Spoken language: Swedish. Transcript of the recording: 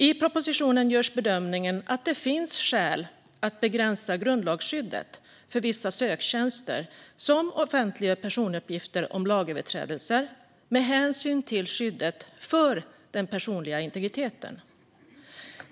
I propositionen görs bedömningen att det med hänsyn till skyddet för den personliga integriteten finns skäl att begränsa grundlagsskyddet för vissa söktjänster som offentliggör personuppgifter om lagöverträdelser.